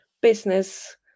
business